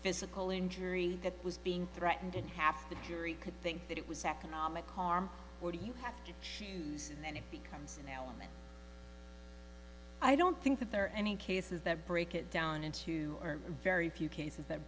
physical injury that was being threatened and half the jury could think that it was economic harm or do you have to choose and it becomes an element i don't think that there are any cases that break it down into or very few cases that